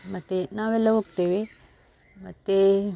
ಮತ್ತು ನಾವೆಲ್ಲ ಹೋಗ್ತೇವೆ ಮತ್ತು